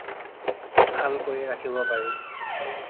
ভাল কৰি ৰাখিব পাৰি